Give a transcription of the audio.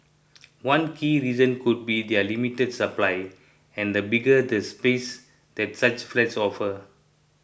one key reason could be their limited supply and the bigger the space that such flats offer